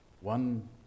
one